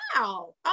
wow